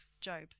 Job